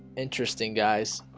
interesting guys